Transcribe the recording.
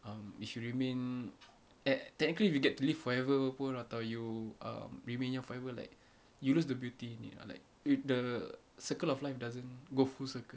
um if you remain at technically if you get to live forever atau you um remain here forever like you lose the beauty in it uh like if the circle of life doesn't go full circle